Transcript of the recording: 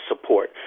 support